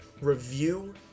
review